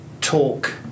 talk